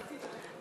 אל תדאגי.